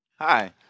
hi